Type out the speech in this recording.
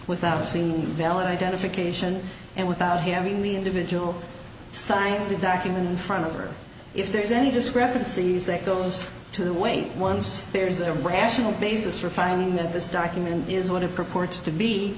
without seeing valid identification and without having the individual signed the document in front of or if there's any discrepancies that goes to the weight once there's a rational basis for finding that this document is what it purports to be